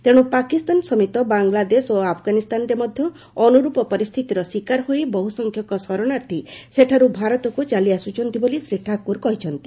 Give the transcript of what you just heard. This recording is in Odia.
ତେଣୁ ପାକିସ୍ତାନ ସମେତ ବାଂଲାଦେଶ ଓ ଆଫଗାନିସ୍ତାନରେ ମଧ୍ୟ ଅନୁରୂପ ପରିସ୍ଥିତିର ଶିକାର ହୋଇ ବହୁ ସଂଖ୍ୟକ ଶରଣାର୍ଥୀ ସେଠାରୁ ଭାରତକୁ ଚାଲିଆସୁଛନ୍ତି ବୋଲି ଶ୍ରୀ ଠାକୁର କହିଛନ୍ତି